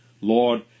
Lord